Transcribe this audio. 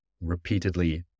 repeatedly